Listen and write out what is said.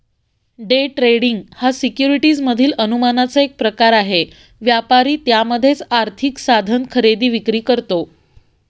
day trading हा securities मधील अनुमानाचा एक प्रकार आहे, व्यापारी त्यामध्येच आर्थिक साधन खरेदी विक्री करतो